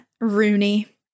Rooney